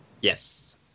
Yes